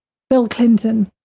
bill clinton,